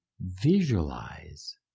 visualize